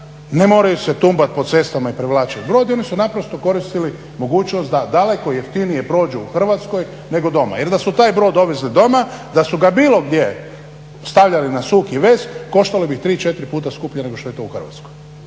ne moraju se tumbat po cestama i … brod jer su naprosto koristili mogućnost da daleko jeftinije prođu u Hrvatskoj nego doma, jer da su taj brod dovezli doma, da su ga bilo gdje stavljali na suhi vez koštalo bi ih 3-4 puta skuplje nego što je to u Hrvatskoj.